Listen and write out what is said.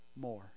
more